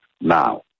now